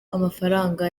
amafaranga